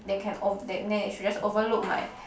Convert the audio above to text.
they can ov~ they should just overlook my